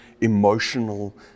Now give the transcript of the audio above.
emotional